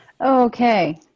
Okay